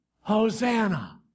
Hosanna